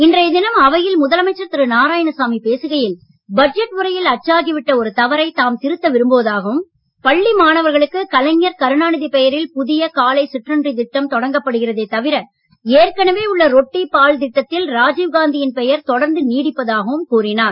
இன்றைய தினம் அவையில் முதலமைச்சர் திரு நாராயணசாமி பேசுகையில் பட்ஜெட் உரையில் அச்சாகிவிட்ட ஒரு தவறை தாம் திருத்த விரும்புவதாகவும் பள்ளி மாணவர்களுக்கு கலைஞர் கருணாநிதி பெயரில் புதிய காலை சிற்றுண்டி திட்டம் தொடக்கப்படுகிறதே தவிர ஏற்கனவே உள்ள ரொட்டி பால் திட்டத்தில் ராஜீவ்காந்தியின் பெயர் தொடர்ந்து நீடிப்பதாகவும் கூறினார்